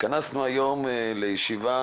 התכנסנו היום לישיבה